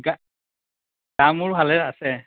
গা গা মূৰ ভালে আছে